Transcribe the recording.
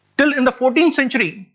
till in the fourteenth century,